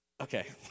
Okay